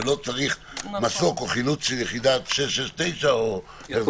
ולא צריך מסוק או חילוץ של יחידה 669 --- יעקב,